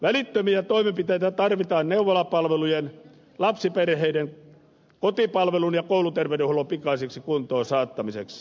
välittömiä toimenpiteitä tarvitaan neuvolapalvelujen lapsiperheiden kotipalvelun ja kouluterveydenhuollon pikaiseksi kuntoon saattamiseksi